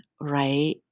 right